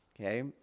okay